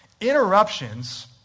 Interruptions